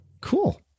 cool